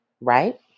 right